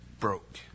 broke